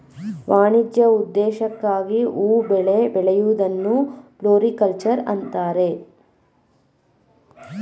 ವಾಣಿಜ್ಯ ಉದ್ದೇಶಕ್ಕಾಗಿ ಹೂ ಬೆಳೆ ಬೆಳೆಯೂದನ್ನು ಫ್ಲೋರಿಕಲ್ಚರ್ ಅಂತರೆ